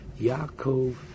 Yaakov